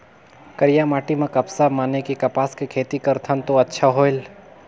करिया माटी म कपसा माने कि कपास के खेती करथन तो अच्छा होयल?